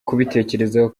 kubitekerezaho